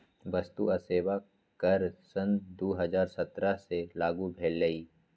वस्तु आ सेवा कर सन दू हज़ार सत्रह से लागू भेलई